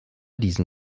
diesen